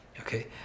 Okay